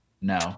No